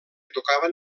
tocaven